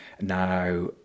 Now